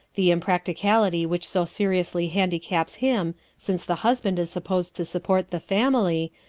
the impracticality which so seriously handicaps him, since the husband is supposed to support the family,